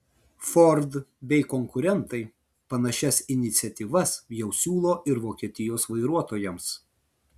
ford bei konkurentai panašias iniciatyvas jau siūlo ir vokietijos vairuotojams